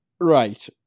Right